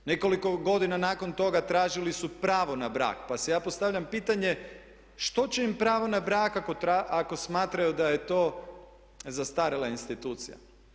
Nekoliko godina nakon toga tražili su pravo na brak pa si ja postavljam pitanje, što će im pravo na brak ako smatraju da je to zastarjela institucija.